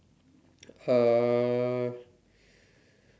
uh